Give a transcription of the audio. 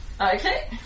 Okay